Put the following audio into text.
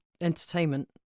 entertainment